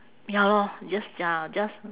ya lor just ya just